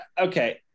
okay